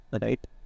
Right